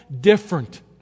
different